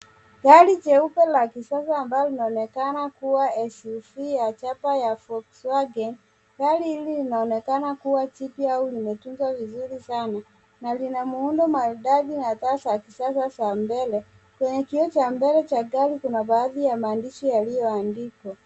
Gari jeupe la kisasa ambalo linaonekana kua SUV ya chapa ya Volks Wagen, gari hili linaonekana kua jipya au limetunzwa vizuri sana na lina muundo maridadi na taa za kisasa mbele. Kwenye kioo cha gari cha mbele kuna baadhi ya mandishi yaliyoandikwa.